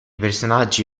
personaggi